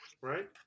right